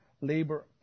labor